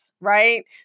Right